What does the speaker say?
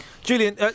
Julian